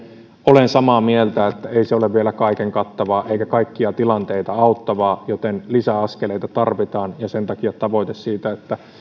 olen samaa mieltä että ei se ole vielä kaiken kattavaa eikä kaikkia tilanteita auttavaa joten lisäaskeleita tarvitaan ja sen takia tavoite siitä että